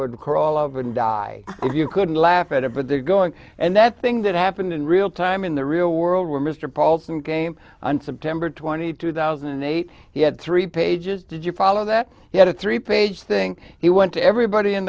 would crawl over and die if you couldn't laugh at it but they're going and that thing that happened in real time in the real world where mr paulson came on september th two thousand and eight he had three pages did you follow that he had a three page thing he went to everybody in